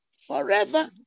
Forever